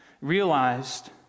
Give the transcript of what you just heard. realized